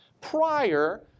prior